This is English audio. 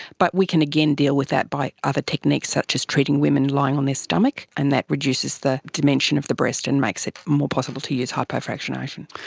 but we can, again, deal with that by other techniques such as treating women lying on their stomach and that reduces the dimension of the breast and makes it more possible to use hypofractionation.